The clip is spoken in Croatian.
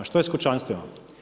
Što je sa kućanstvima?